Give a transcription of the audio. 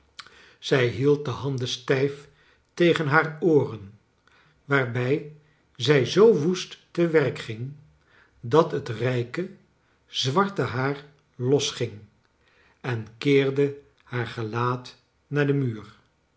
zij hie id de handen stijf tegen haar ooren waarbij zij zoo woest te werk ging dat het rijke zwarte haar losging en keerde haar gelaat naar den muur